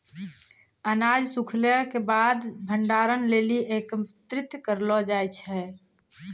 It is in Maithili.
अनाज सूखैला क बाद भंडारण लेलि एकत्रित करलो जाय छै?